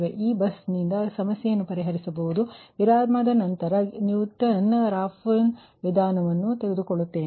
ಆದರೆ ಈ ಬಸ್ ನಿಂದ ಸಮಸ್ಯೆಯನ್ನು ಪರಿಹರಿಸಬಹುದು ವಿರಾಮದ ನಂತರ ನ್ಯೂಟನ್ ರಾಫ್ಸನ್ ವಿಧಾನವನ್ನು ತೆಗೆದುಕೊಳ್ಳುತ್ತೇನೆ